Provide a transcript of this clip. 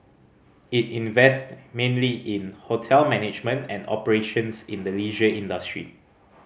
it invest mainly in hotel management and operations in the leisure industry